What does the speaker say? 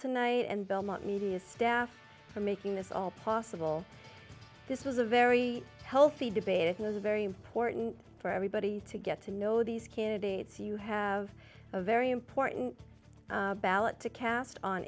tonight and belmont media staff for making this all possible this was a very healthy debate it was very important for everybody to get to know these candidates you have a very important ballot to cast on